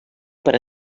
per